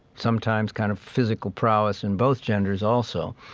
sometimes, kind of physical prowess in both genders also.